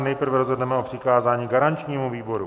Nejprve rozhodneme o přikázání garančnímu výboru.